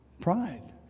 Pride